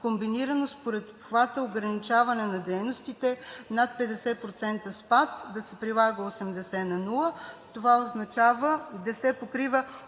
комбинирано според обхвата ограничаване на дейностите – при над 50% спад да се прилага 80/0. Това означава да се покрива